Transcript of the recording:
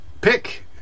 Pick